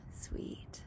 sweet